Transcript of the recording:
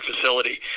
facility